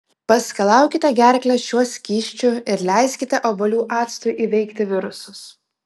paskalaukite gerklę šiuo skysčiu ir leiskite obuolių actui įveikti virusus